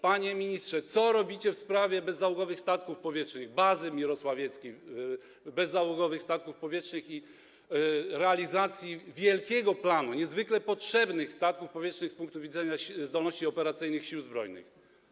Panie ministrze, co robicie w sprawie bezzałogowych statków powietrznych, bazy mirosławieckiej bezzałogowych statków powietrznych i realizacji wielkiego planu dotyczącego niezwykle potrzebnych statków powietrznych z punktu widzenia zdolności operacyjnych Sił Zbrojnych?